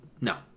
No